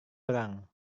perang